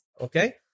Okay